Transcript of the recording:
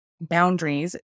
boundaries